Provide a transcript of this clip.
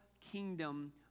kingdom